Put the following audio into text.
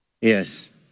Yes